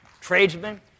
tradesmen